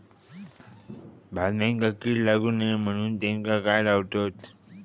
धान्यांका कीड लागू नये म्हणून त्याका काय लावतत?